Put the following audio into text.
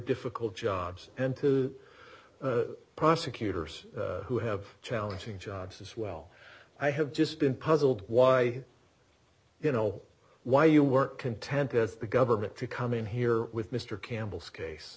difficult jobs and to prosecutors who have challenging jobs as well i have just been puzzled why you know why you weren't content as the government to come in here with mr campbell scase